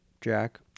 Jack